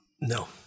No